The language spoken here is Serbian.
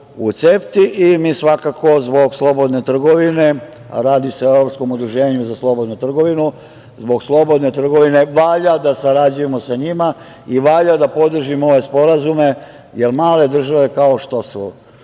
i mi svakako zbog slobodne trgovine, radi se o Evropskom udruženju za slobodnu trgovinu, zbog slobodne trgovine valja da sarađujemo sa njima i valja da podržimo sporazume, jer male države kao što je